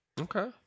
Okay